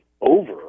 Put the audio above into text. over